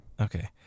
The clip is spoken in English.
Okay